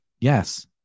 Yes